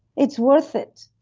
it's worth it.